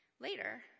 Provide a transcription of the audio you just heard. Later